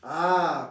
ah